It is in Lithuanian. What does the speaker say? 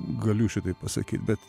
galiu šitai pasakyt bet